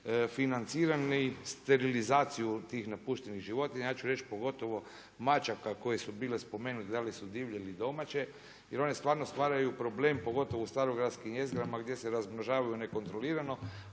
financirali sterilizaciju tih napuštenih životinja, ja ću reći pogotovo mačaka koje su bile spomenute da li su divlje ili domaće jer one stvarno stvaraju problem pogotovo u starogradskim jezgrama gdje se razmnožavaju nekontrolirano